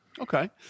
Okay